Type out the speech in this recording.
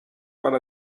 para